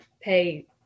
pay